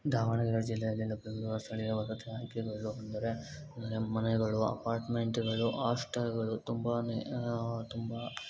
ದಾವಣಗೆರೆ ಜಿಲ್ಲೆಯಲ್ಲಿ ಲಭ್ಯವಿರುವ ಸ್ಥಳೀಯ ವಸತಿ ಆಯ್ಕೆಗಳು ಎಂದರೆ ಮನೆಗಳು ಅಪಾರ್ಟ್ಮೆಂಟ್ಗಳು ಆಸ್ಟೆಲ್ಗಳು ತುಂಬನೆ ತುಂಬ